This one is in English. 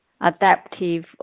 adaptive